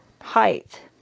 height